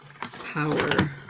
power